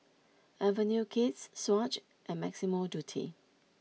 Avenue Kids Swatch and Massimo Dutti